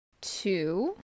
two